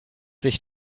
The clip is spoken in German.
sich